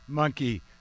Monkey